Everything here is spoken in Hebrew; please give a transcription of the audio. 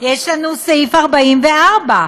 יש לנו סעיף 44,